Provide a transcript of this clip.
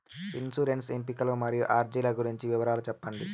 insurance ఎంపికలు మరియు అర్జీల గురించి వివరాలు సెప్పండి